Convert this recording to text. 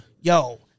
Yo